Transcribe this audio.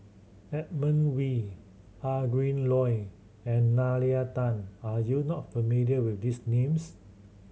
Edmund Wee Adrin Loi and Nalla Tan are you not familiar with these names